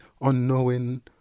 unknowing